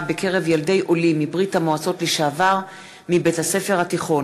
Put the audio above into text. בקרב ילדי עולים מברית-המועצות לשעבר מבית-הספר התיכון.